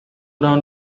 down